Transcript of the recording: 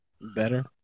Better